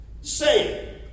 Say